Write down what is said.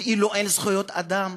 כאילו אין זכויות אדם,